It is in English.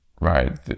right